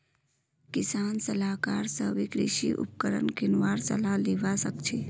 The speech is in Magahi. किसान सलाहकार स भी कृषि उपकरण किनवार सलाह लिबा सखछी